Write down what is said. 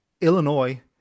Illinois